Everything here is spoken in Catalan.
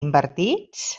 invertits